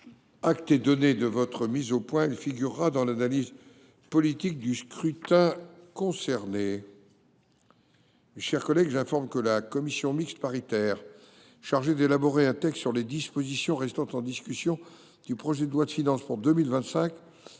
Acte est donné de cette mise au point, mon cher collègue. Elle figurera dans l’analyse politique du scrutin. Mes chers collègues, j’informe le Sénat que la commission mixte paritaire chargée d’élaborer un texte sur les dispositions restant en discussion du projet de loi de finances pour 2025